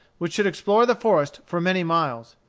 which should explore the forest for many miles.